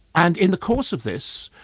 and in the course of this,